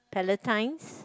Palatine's